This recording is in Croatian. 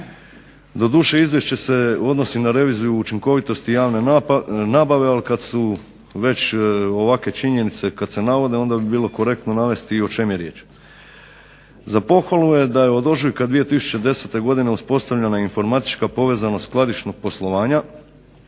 Doduše izvješće se odnosi na reviziju o učinkovitosti javne nabave ali kada su već ovakve činjenice kada se navode onda bi bilo korektno navesti i o čemu je riječ. Za pohvalu da je od ožujka 2010.godine uspostavljena informatička povezanost skladišnog poslovanja